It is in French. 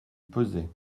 pesait